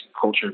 culture